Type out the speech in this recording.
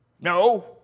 no